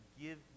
give